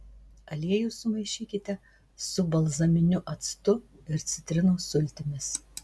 aliejų sumaišykite su balzaminiu actu ir citrinos sultimis